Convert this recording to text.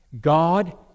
God